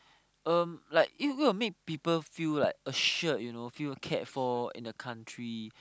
um like it will make people feel like assured you know feel cared for in a country